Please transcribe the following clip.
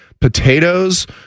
potatoes